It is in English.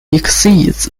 exceeds